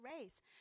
race